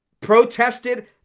protested